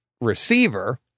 receiver